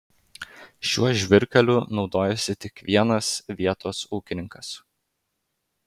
šiuo žvyrkeliu naudojasi tik vienas vietos ūkininkas